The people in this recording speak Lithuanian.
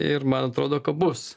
ir man atrodo kad bus